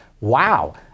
wow